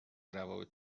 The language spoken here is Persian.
روابط